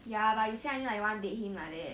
ya but you say until like you want date him like that